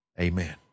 Amen